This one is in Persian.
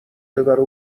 ببره